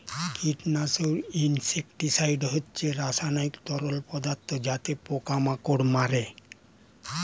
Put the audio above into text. কীটনাশক ইনসেক্টিসাইড হচ্ছে রাসায়নিক তরল পদার্থ যাতে পোকা মাকড় মারে